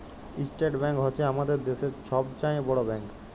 state bank হছে আমাদের দ্যাশের ছব চাঁয়ে বড় ব্যাংক